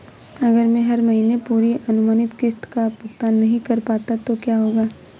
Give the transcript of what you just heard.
अगर मैं हर महीने पूरी अनुमानित किश्त का भुगतान नहीं कर पाता तो क्या होगा?